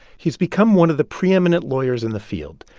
he's become one of the preeminent lawyers in the field.